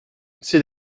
c’est